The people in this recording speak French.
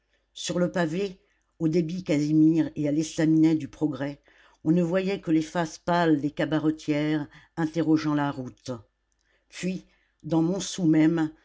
sur le pavé au débit casimir et à l'estaminet du progrès on ne voyait que les faces pâles des cabaretières interrogeant la route puis dans montsou même